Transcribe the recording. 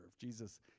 Jesus